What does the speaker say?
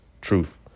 truth